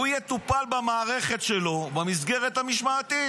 דרך אגב, הוא יטופל במערכת שלו במסגרת המשמעתית.